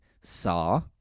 Saw